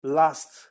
last